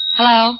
Hello